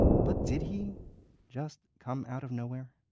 but did he just come out of nowhere?